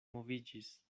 moviĝis